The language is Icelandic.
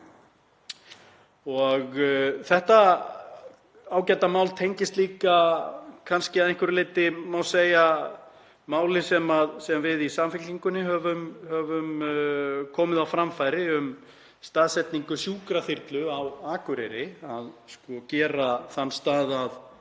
Þetta ágæta mál tengist líka að einhverju leyti má segja máli sem við í Samfylkingunni höfum komið á framfæri um staðsetningu sjúkraþyrlu á Akureyri, að gera þann stað að